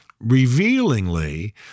revealingly